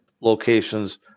locations